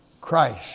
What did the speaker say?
Christ